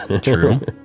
true